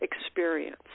experience